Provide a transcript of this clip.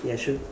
ya sure